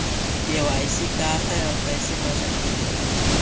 KYC का है, और कैसे कर सकली हे?